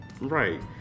right